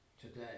today